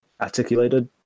articulated